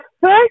first